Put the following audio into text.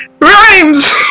rhymes